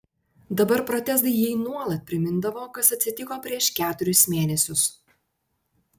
dabar protezai jai nuolat primindavo kas atsitiko prieš keturis mėnesius